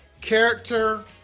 character